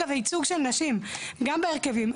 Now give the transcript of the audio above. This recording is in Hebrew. וייצוג של נשים גם בהרכבים,